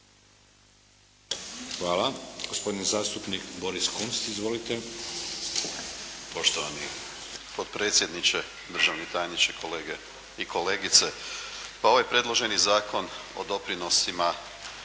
Hvala. Gospodin zastupnik Boris Kunst. Izvolite. **Kunst, Boris (HDZ)** Poštovani potpredsjedniče, državni tajniče, kolege i kolegice. Pa ovaj predloženi Zakon o doprinosima